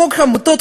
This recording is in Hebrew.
חוק העמותות,